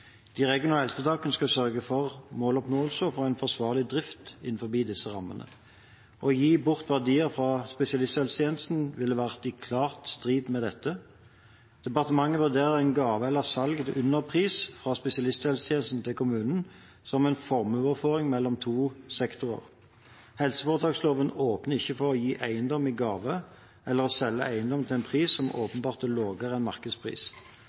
De regionale helseforetakene skal sørge for måloppnåelse og en forsvarlig drift innenfor disse rammene. Å gi bort verdier fra spesialisthelsetjenesten ville ha vært klart i strid med dette. Departementet vurderer en gave eller salg til underpris fra spesialisthelsetjenesten til kommunen som en formuesoverføring mellom to sektorer. Helseforetaksloven åpner ikke for å gi eiendom i gave eller selge eiendom til en pris som åpenbart er lavere enn markedspris. En